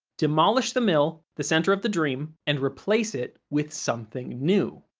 demolish the mill, the center of the dream, and replace it with something new.